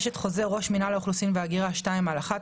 יש את חוזר ראש מינהל אוכלוסין והגירה 2/11,